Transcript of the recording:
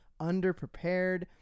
underprepared